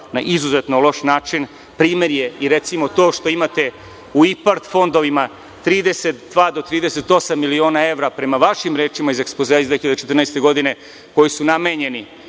na izuzetno loš način. Primer je i, recimo, to što imate u IPARD fondovima 32-38 miliona evra, prema vašim rečima iz ekspozea iz 2014. godine, koji su namenjeni